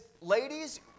ladies